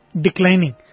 declining